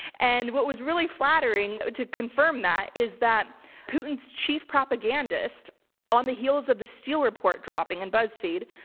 and what was really flattering to confirm that is that putin's chief propagandist on the heels of the steele report dropping and buzzfeed,